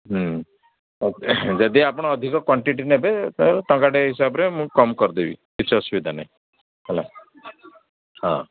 ହୁଁ ଯଦି ଆପଣ ଅଧିକ କ୍ଵାଣ୍ଟିଟି ନେବେ ତାହାଲେ ଟଙ୍କାଟେ ହିସାବରେ ମୁଁ କମ୍ କରିଦେବି କିଛି ଅସୁବିଧା ନାହିଁ ହେଲା ହଁ